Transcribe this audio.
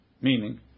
Meaning